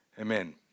Amen